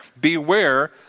Beware